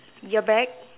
yeah back